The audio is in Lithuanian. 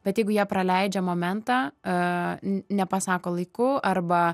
bet jeigu jie praleidžia momentą nepasako laiku arba